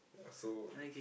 ya so